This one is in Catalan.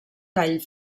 tall